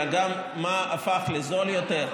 אלא גם מה הפך לזול יותר.